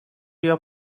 your